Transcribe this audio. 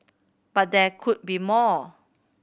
but there could be more